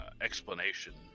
explanation